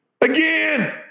again